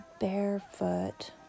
barefoot